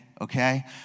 Okay